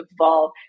evolve